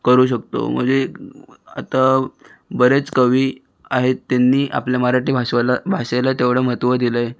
करू शकतो मजे आता बरेच कवी आहेत तेंनी आपल्या मराठी भाषेला भाषेला तेवढं महत्त्व दिलं आहे